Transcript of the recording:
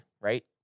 right